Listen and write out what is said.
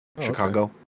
Chicago